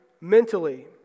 mentally